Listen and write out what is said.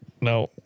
No